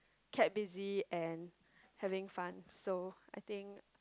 kept busy and having fun so I think